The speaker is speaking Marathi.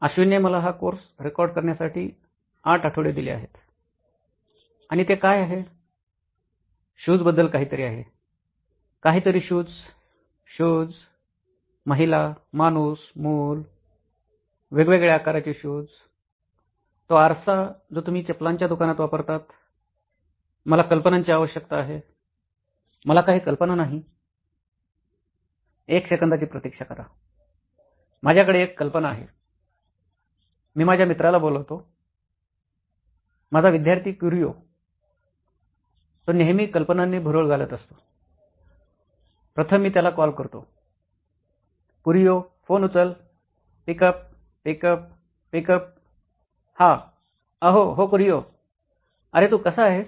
अश्विनने मला हा कोर्स रेकॉर्ड करण्यासाठी 8 आठवडे दिले आहेत आणि ते काय आहे शूज बद्दल काहीतरी आहे कोणाचे तरी शूज महिलांचे माणसांचे मुलांचे वेगवेगळे आकाराचे शूज तो आरसा जो तुम्ही चपलांच्या दुकानात वापरतात मला कल्पनांची आवश्यकता आहे पण सध्यातरी माझ्याकडे कल्पना नाही एक सेकंदाची प्रतीक्षा करा माझ्याकडे एक कल्पना आहे मी माझ्या मित्राला बोलवतो माझा विद्यार्थी क्युरीओ तो नेहमी कल्पनांनी भुरळ घालत असतो प्रथम मी त्याला कॉल करतो कुरिओ फोन उचल पिकअप पिकअप पिकअप हा अहो हो कुरिओ अरे तू कसा आहेस